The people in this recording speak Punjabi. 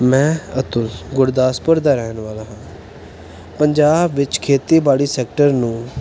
ਮੈਂ ਅਤੁਲ ਗੁਰਦਾਸਪੁਰ ਦਾ ਰਹਿਣ ਵਾਲਾ ਹਾਂ ਪੰਜਾਬ ਵਿੱਚ ਖੇਤੀਬਾੜੀ ਸੈਕਟਰ ਨੂੰ